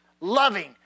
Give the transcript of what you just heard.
loving